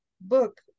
book